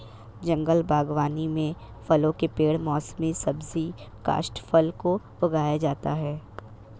जंगल बागवानी में फलों के पेड़ मौसमी सब्जी काष्ठफल को उगाया जाता है